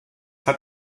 hat